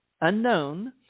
Unknown